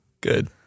Good